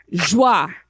joie